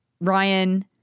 Ryan